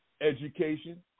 education